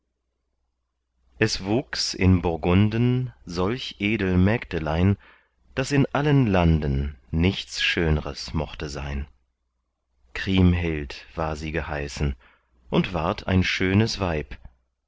es wuchs in burgunden solch edel mägdelein daß in allen landen nichts schönres mochte sein kriemhild war sie geheißen und ward ein schönes weib